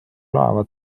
laeva